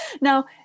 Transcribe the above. now